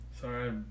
Sorry